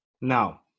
Now